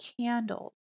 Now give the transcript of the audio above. candles